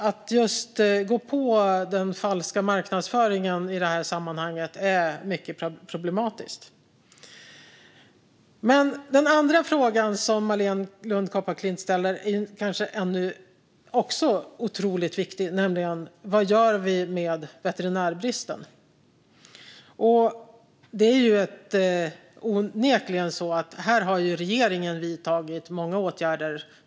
Att gå på den falska marknadsföringen i detta sammanhang är mycket problematiskt. Den andra frågan som Marléne Lund Kopparklint tar upp är också viktig, nämligen vad vi gör åt veterinärbristen. Här har regeringen vidtagit många åtgärder.